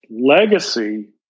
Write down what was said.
Legacy